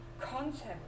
concept